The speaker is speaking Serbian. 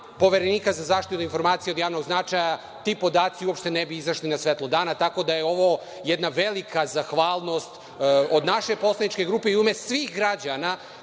Poverenika za zaštitu informacija od javnog značaja, ti podaci uopšte ne bi izašli na svetlu dana, tako da je ovo jedna velika zahvalnost od naše poslaničke grupe i u ime svih građana